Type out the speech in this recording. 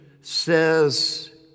says